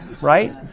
right